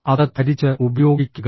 അത് ധരിച്ച് ഉപയോഗിക്കുക